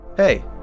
Hey